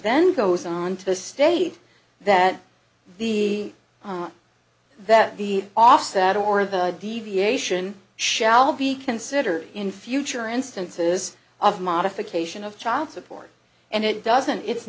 goes on to state that the that the offset or of the deviation shall be considered in future instances of modification of child support and it doesn't it's